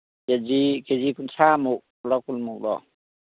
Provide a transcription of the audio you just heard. ꯀꯦ G K G ꯀꯨꯟ ꯊ꯭ꯔꯥꯃꯨꯛꯂꯥ ꯀꯨꯟꯃꯨꯛꯂꯣ